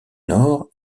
nord